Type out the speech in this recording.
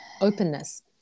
openness